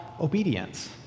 obedience